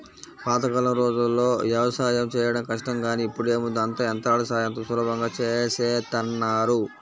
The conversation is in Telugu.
పాతకాలం రోజుల్లో యవసాయం చేయడం కష్టం గానీ ఇప్పుడేముంది అంతా యంత్రాల సాయంతో సులభంగా చేసేత్తన్నారు